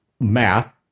math